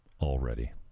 already